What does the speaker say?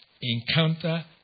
encounter